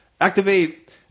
activate